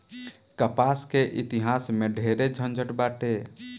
कपास के इतिहास में ढेरे झनझट बाटे